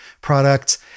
products